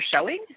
showing